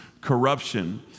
corruption